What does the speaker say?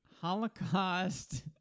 Holocaust